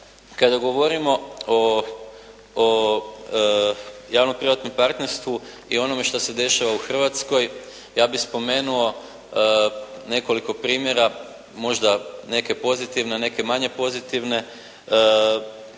Kada govorimo o javno-privatnom partnerstvu i onome što se dešava u Hrvatskoj, ja bih spomenuo nekoliko primjera, možda neke pozitivne, neke manje pozitivne